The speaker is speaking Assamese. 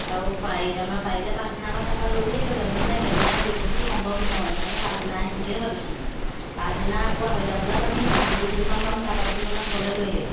আৰু পাৰিলে আমাৰ পাৰিলে পাছদিনা আমাক তাৰপা লৈও আহিবাগৈ আমি মানে একেদিনাই ঘূৰিবলৈটো সম্ভৱ নহয় সেইটো কাৰণে পাছদিনা আহিম বুলিয়ে ভাবিছোঁ মানে পাছদিনা আকৌ আঢ়ৈতা বজাত আমি আমগুৰি ষ্টেচন পাম তাৰপা তুমি আমাক ঘৰলৈ লৈ আহিবা